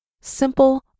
simple